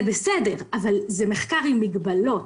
זה בסדר, אבל זה מחקר עם מגבלות.